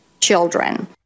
children